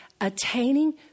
attaining